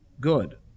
good